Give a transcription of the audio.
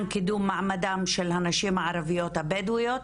קידום מעמדם של הנשים הערביות הבדואיות,